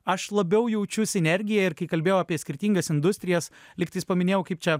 aš labiau jaučiu sinergiją ir kai kalbėjau apie skirtingas industrijas lygtais paminėjau kaip čia